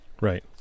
Right